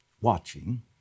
watching